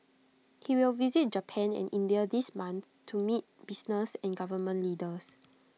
he will visit Japan and India this month to meet business and government leaders